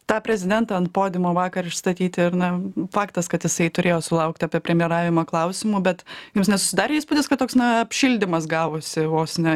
tą prezidentą ant podiumo vakar išstatyti ir na faktas kad jisai turėjo sulaukti apie premjeravimą klausimų bet jums nesusidarė įspūdis kad toks na apšildymas gavusi vos ne